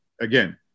Again